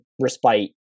respite